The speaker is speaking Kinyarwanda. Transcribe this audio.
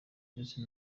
ndetse